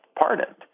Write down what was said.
pardoned